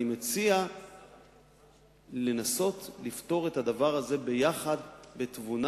אני מציע לנסות לפתור את הדבר הזה ביחד בתבונה,